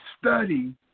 study